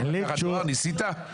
ניסית?